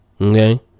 okay